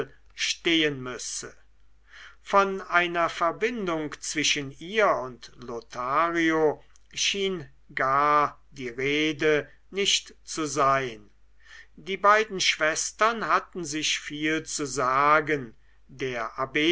stehen müsse von einer verbindung zwischen ihr und lothario schien gar die rede nicht zu sein die beiden schwestern hatten sich viel zu sagen der abb